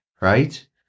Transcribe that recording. right